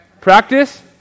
practice